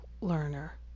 learner